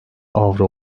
avro